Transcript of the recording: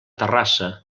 terrassa